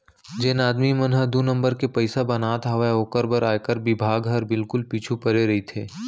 जेन आदमी मन ह दू नंबर के पइसा बनात हावय ओकर बर आयकर बिभाग हर बिल्कुल पीछू परे रइथे